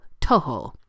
Toho